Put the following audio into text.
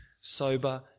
sober